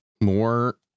more